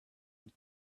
and